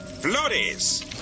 flores